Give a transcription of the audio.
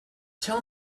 tell